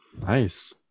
nice